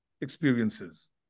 experiences